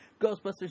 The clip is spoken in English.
Ghostbusters